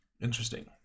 interesting